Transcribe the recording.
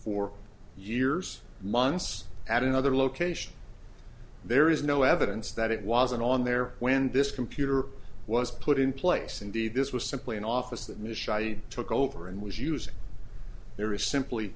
for years months at another location there is no evidence that it wasn't on there when this computer was put in place indeed this was simply an office that michelle you took over and was using there is simply